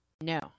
No